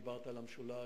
דיברת על המשולש,